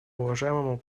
уважаемому